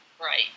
Right